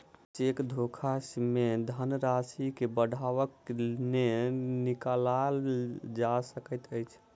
cheque धोखा मे धन राशि के बढ़ा क नै निकालल जा सकैत अछि